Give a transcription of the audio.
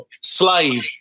slave